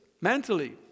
mentally